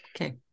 Okay